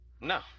no